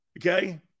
Okay